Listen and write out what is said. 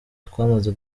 twamaze